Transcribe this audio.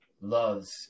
loves